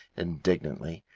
indignantly,